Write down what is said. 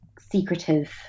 secretive